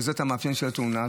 שזה המאפיין של התאונה,